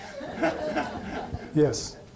Yes